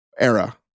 era